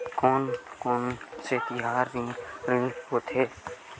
कोन कौन से तिहार ऋण होथे?